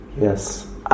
Yes